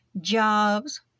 jobs